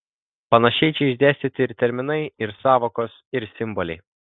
panašiai čia išdėstyti ir terminai ir sąvokos ir simboliai